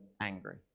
angry